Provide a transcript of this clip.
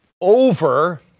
Over